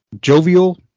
jovial